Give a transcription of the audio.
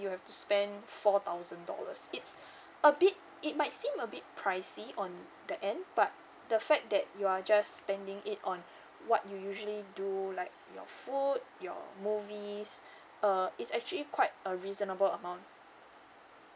you have to spend four thousand dollars it's a bit it might seem a bit pricey on the end but the fact that you are just spending it on what you usually do like your food your movies uh it's actually quite a reasonable amount